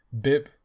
Bip